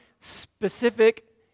specific